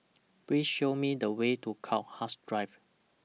Please Show Me The Way to Crowhurst Drive